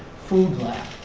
food lab,